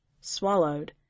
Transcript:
swallowed